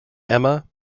emma